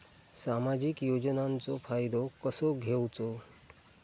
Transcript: सामाजिक योजनांचो फायदो कसो घेवचो?